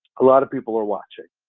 a lot of people are watching.